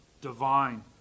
divine